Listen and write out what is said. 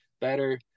better